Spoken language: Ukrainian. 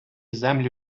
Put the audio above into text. землю